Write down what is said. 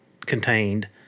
contained